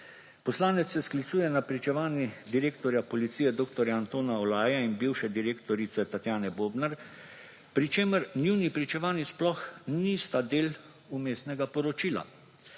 Poslanec se sklicuje na pričevanji direktorja policije dr. Antona Olaja in bivše direktorice Tatjane Bobnar, pri čemer njuni pričevanji sploh nista del Vmesnega poročila,